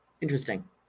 Interesting